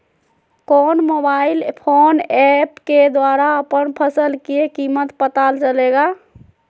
कौन mobile phone app के द्वारा अपन फसल के कीमत पता चलेगा?